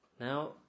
Now